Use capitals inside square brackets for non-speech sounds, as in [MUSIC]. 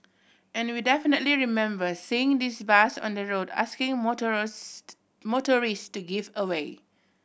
and we definitely remember seeing this bus on the road asking [UNINTELLIGIBLE] motorist to give way